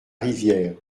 rivière